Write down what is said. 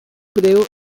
breu